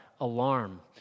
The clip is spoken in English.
alarm